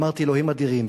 אמרתי: אלוהים אדירים,